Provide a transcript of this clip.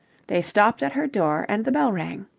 they stopped at her door and the bell rang.